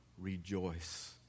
rejoice